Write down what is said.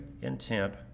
intent